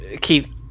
Keith